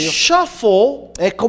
shuffle